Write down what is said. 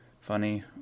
funny